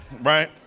right